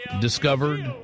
discovered